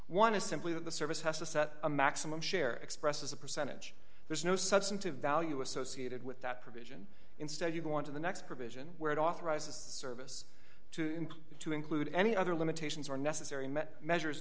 one is simply that the service has to set a maximum share expressed as a percentage there's no substantive value associated with that provision instead you go onto the next provision where it authorizes service to to include any other limitations are necessary met measures